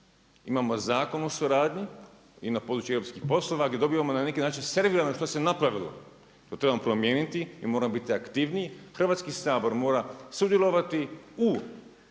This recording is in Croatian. imamo zakon o suradnji i na području europskih poslova gdje dobivamo na neki način servirano što se napravilo. To trebamo promijeniti i moramo biti aktivniji. Hrvatski sabor mora sudjelovati u